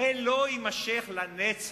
הרי לא תימשך לנצח,